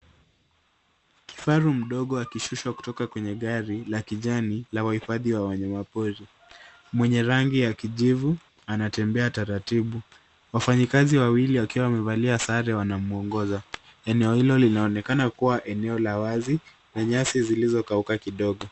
Kifaru mdogo akishushwa kwenye gari ya kijani la waifadhi wa wanyama pori ,wenye rangi ya kijifu anatembea Kwa taratipu, wafanyikasi wawili waliovalia sare wanamwongoza eneo hilo linaonekana kuwa eneo la wasi na nyasi zilizokauka kidogo.